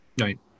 Right